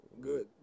Good